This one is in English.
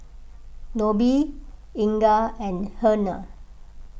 Nobie Inga and Hernan